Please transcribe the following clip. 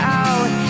out